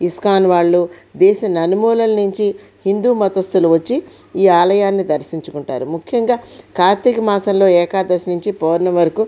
ISKCON వాళ్ళు దేశ నలుమూలల నుంచి హిందూ మతస్థులు వచ్చి ఈ ఆలయాన్ని దర్శించుకుంటారు ముఖ్యంగా కార్తీక మాసంలో ఏకాదశి నుంచి పౌర్ణమి వరకు